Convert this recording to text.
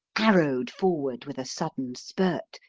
arrowed forward with a sudden spurt,